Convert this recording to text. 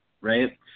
right